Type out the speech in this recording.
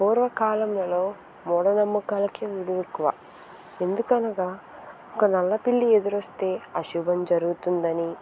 పూర్వకాలంలలో మూఢనమ్మకాలకే విలువెక్కువ ఎందుకనగా ఒక నల్ల పిల్లి ఎదురొస్తే అశుభం జరుగుతుందని